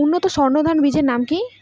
উন্নত সর্ন ধান বীজের নাম কি?